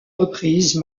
reprise